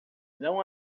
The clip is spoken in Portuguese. não